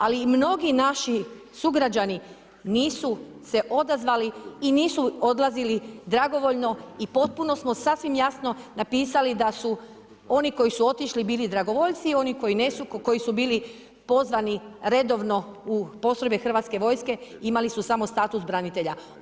Ali i mnogi naši sugrađani nisu se odazvali i nisu odlazili dragovoljno i potpuno smo sasvim jasno napisali da su oni koji su otišli bili dragovoljci, oni koji su bili pozvani redovno u postrojbe Hrvatske vojske imali su samo status branitelja.